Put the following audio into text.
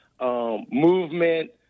movement